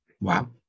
Wow